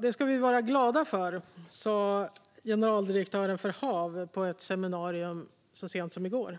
Det ska vi vara glada för, vilket även generaldirektören för HaV sa på ett seminarium så sent som i går.